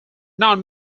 non